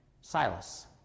Silas